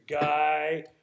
guy